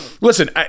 listen